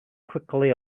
quickly